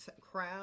crowd